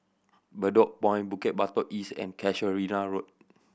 Bedok Point Bukit Batok East and Casuarina Road